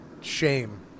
shame